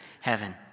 heaven